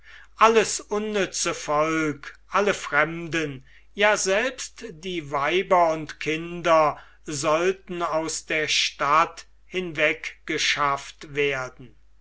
alles unnütze volk alle fremden ja selbst die weiber und kinder sollten aus der stadt hinweggeschafft werden